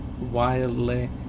wildly